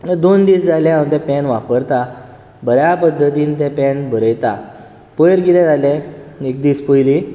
दोन दीस जाले हांव तें पॅन वापरता बऱ्या पद्दतीन तें पॅन बरयतां पयर कितें जालें एक दीस पयलीं